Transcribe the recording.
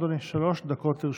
בבקשה, אדוני, שלוש דקות לרשותך.